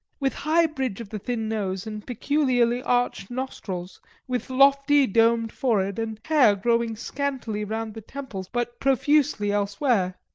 with high bridge of the thin nose and peculiarly arched nostrils with lofty domed forehead, and hair growing scantily round the temples but profusely elsewhere.